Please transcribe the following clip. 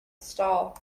stall